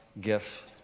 gift